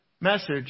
message